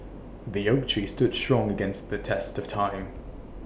the oak tree stood strong against the test of time